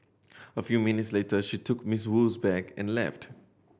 a few minutes later she took Miss Wu's bag and left